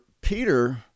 Peter